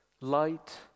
light